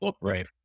right